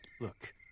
Look